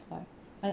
it's like